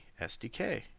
sdk